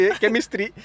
chemistry